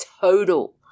total